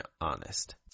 honest